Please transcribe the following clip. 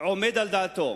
עומד על דעתו